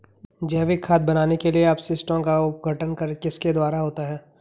जैविक खाद बनाने के लिए अपशिष्टों का अपघटन किसके द्वारा होता है?